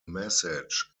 message